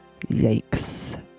yikes